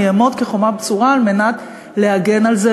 אני אעמוד כחומה בצורה על מנת להגן על זה,